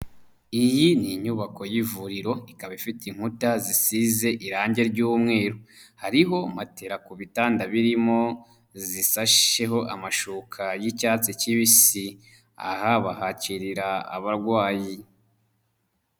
Iyi ni inyubako y'ivuriro ikaba ifite inkuta zisize irangi ry'umweru, hariho matera ku bitanda birimo zishasheho amashuka y'icyatsi kibisi, aha bahakirira abarwayi.